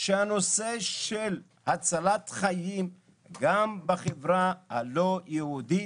שצריך לתת את תשומת הלב לנושא של הצלת חיים גם בחברה הלא יהודית,